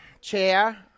Chair